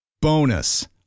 Bonus